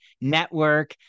Network